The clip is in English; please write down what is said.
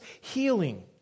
healing